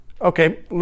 Okay